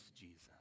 Jesus